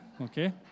Okay